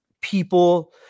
people